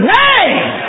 name